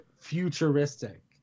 futuristic